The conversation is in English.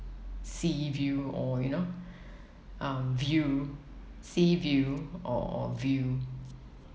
sea view or you know um view sea view or a view